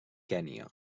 kenya